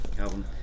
album